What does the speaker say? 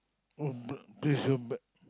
oh please please go back